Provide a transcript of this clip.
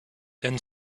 then